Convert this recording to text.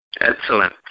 Excellent